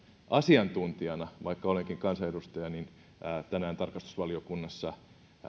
asiantuntijana vaikka olenkin kansanedustaja tänään tarkastusvaliokunnassa